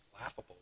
laughable